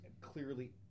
clearly